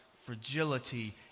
fragility